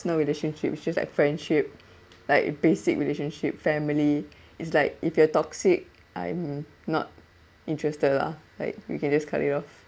relationship just like friendship like basic relationship family it's like if you're toxic I'm not interested lah like you can just cut it off